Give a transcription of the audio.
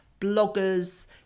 bloggers